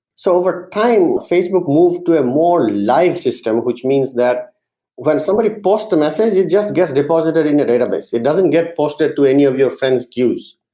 so over time, facebook moved to a more live system, which means that when somebody posts a message it just gets deposited in your database. it doesn't get posted to any of your friend's queues.